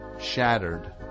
shattered